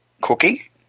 cookie